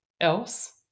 else